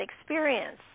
experience